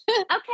Okay